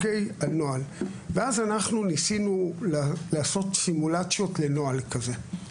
אנחנו ניסינו לעשות סימולציות לנוהל כזה.